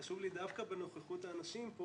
חשוב לי דווקא בנוכחות האנשים פה